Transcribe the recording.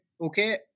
okay